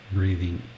Breathing